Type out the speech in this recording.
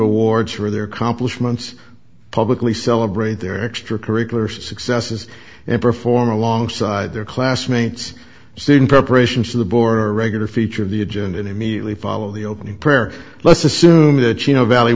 awards for their compliments publicly celebrate their extracurricular successes and perform alongside their classmates seen preparations for the board or regular feature of the agenda and immediately follow the opening let's assume that you know valley